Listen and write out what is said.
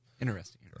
interesting